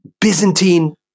Byzantine